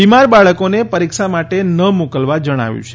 બિમાર બાળકોને પરીક્ષા માટે ન મોકલવા જણાવ્યું છે